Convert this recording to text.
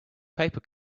paper